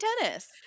tennis